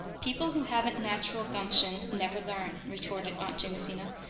people who haven't natural gumption never learn, retorted aunt jamesina,